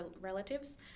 relatives